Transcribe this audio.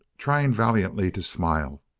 trying valiantly to smile,